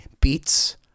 beats